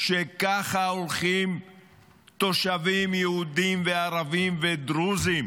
שככה הולכים תושבים יהודים, ערבים ודרוזים